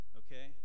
okay